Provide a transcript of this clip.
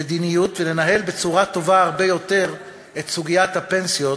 מדיניות ולנהל בצורה טובה הרבה יותר את סוגיית הפנסיות,